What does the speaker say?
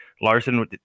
larson